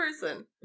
person